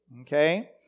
okay